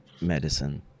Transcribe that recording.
medicine